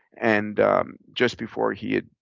and just before he had,